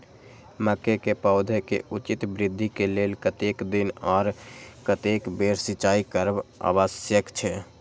मके के पौधा के उचित वृद्धि के लेल कतेक दिन आर कतेक बेर सिंचाई करब आवश्यक छे?